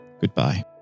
goodbye